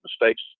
mistakes